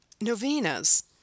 Novenas